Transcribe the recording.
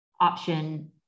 option